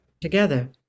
together